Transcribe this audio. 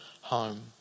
home